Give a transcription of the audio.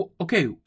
okay